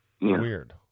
weird